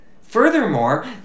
Furthermore